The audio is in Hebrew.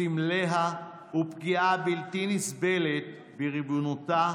על סמליה, ופגיעה בלתי נסבלת בריבונותה,